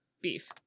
beef